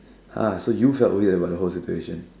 !huh! so you felt weird about the whole situation